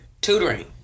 tutoring